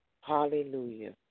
Hallelujah